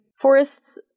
Forests